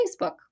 Facebook